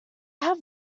have